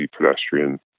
pedestrian